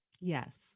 Yes